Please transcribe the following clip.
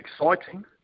exciting